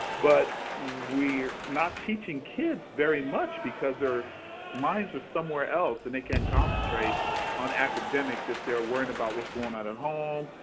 but we are not teaching kids very much because their minds are somewhere else and they can't concentrate on academics if they're worried about what's going on at home.